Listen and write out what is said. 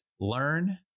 learn